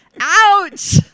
ouch